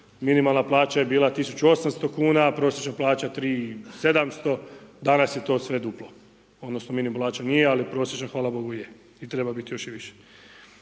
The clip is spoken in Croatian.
minimalna plaća je bila 1.800 kuna, a prosječna plaća 3.700 danas je to sve duplo. Odnosno minimalna plaća nije, ali prosječna hvala bogu je i treba biti i još i više.